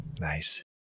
Nice